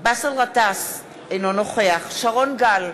באסל גטאס, אינו נוכח שרון גל,